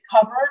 covered